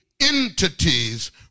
entities